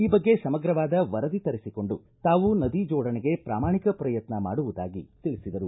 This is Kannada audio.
ಈ ಬಗ್ಗೆ ಸಮಗ್ರವಾದ ವರದಿ ತರಿಸಿಕೊಂಡು ತಾವು ನದಿ ಜೋಡಣೆಗೆ ಪ್ರಾಮಾಣಿಕ ಪ್ರಯತ್ನ ಮಾಡುವುದಾಗಿ ತಿಳಿಸಿದರು